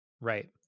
Right